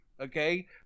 okay